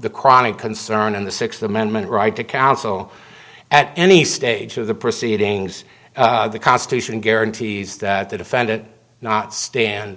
the chronic concern in the sixth amendment right to counsel at any stage of the proceedings the constitution guarantees that the defendant not stand